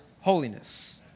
holiness